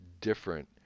different